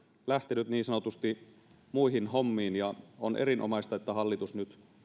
lähtenyt niin sanotusti muihin hommiin ja on erinomaista että hallitus nyt